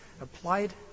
applied